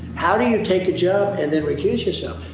how do you take a job and then recuse yourself?